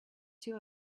two